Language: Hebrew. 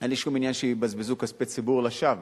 אין לי שום עניין שיבזבזו כספי ציבור לשווא,